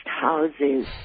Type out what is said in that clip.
houses